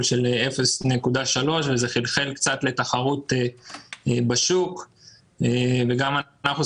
של 0.3 וזה חלחל קצת לתחרות בשוק וגם אנחנו,